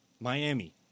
Miami